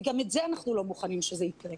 וגם זה אנחנו לא מוכנים שיקרה.